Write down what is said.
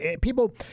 people